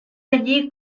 allí